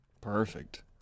Perfect